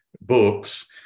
books